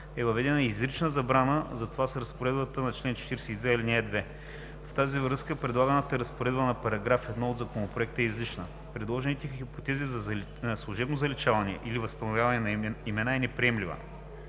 е въведена и изрична забрана за това с разпоредбата на чл. 42, ал. 2. В тази връзка предлаганата разпоредба в § 1 от Законопроекта е излишна. Предложените хипотези за служебно заличаване или възстановяване на имена е неприемлива,